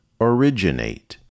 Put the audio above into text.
originate